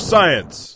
Science